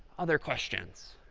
other questions?